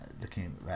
looking